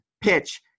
pitch